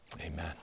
amen